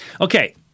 Okay